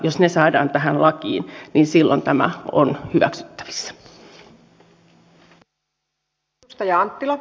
jos ne saadaan tähän lakiin niin silloin tämä on hyväksyttävissä